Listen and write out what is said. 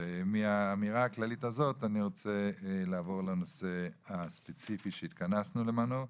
ומהאמירה הכללית הזאת אני רוצה לעבור לנושא הספציפי שהתכנסנו למענו,